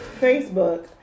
Facebook